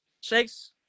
shakes